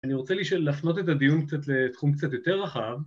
אני רוצה להפנות את הדיון קצת לתחום קצת יותר רחב